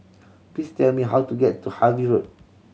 please tell me how to get to Harvey Road